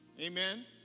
Amen